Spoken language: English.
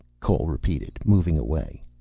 cole repeated, moving away.